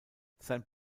sein